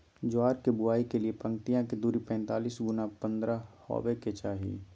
ज्वार के बुआई के लिए पंक्तिया के दूरी पैतालीस गुना पन्द्रह हॉवे के चाही